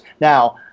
now